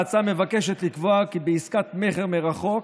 ההצעה מבקשת לקבוע כי בעסקת מכר מרחוק,